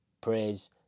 praise